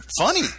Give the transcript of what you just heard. funny